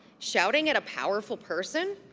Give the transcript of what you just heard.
shouting at a powerful person?